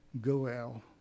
goel